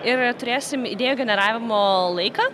ir turėsim idėjų generavimo laiką